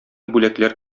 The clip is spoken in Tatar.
бүләкләр